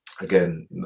Again